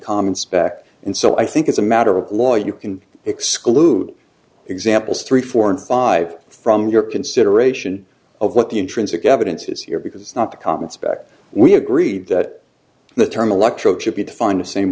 common spec and so i think it's a matter of law you can exclude examples three four and five from your consideration of what the intrinsic evidence is here because it's not the comments back we agreed that the term electro chip you'd find the same